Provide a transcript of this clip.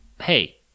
hey